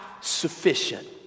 sufficient